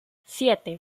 siete